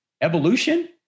Evolution